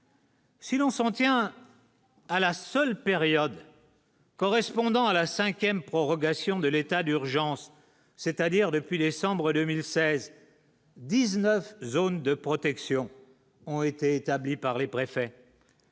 Si l'on s'en tient à la seule période correspondant à la 5ème prorogation de l'état d'urgence, c'est-à-dire depuis décembre 2016 19 zones de protection ont été établis par les préfets.